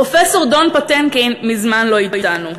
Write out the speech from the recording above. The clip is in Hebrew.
פרופסור דן פטינקין מזמן לא אתנו,